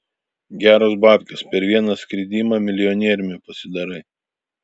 geros babkės per vieną skridimą milijonieriumi pasidarai